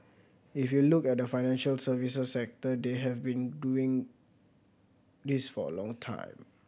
if you look at the financial services sector they have been doing this for a long time